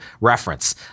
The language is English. reference